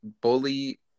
bully